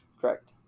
correct